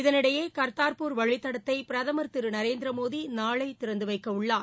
இதனிடையே காதா்பூர் வழித்தடத்தை பிரதமர் திரு நரேந்திரமோடி நாளை திறந்து வைக்க உள்ளார்